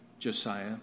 Josiah